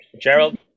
gerald